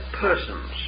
persons